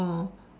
oh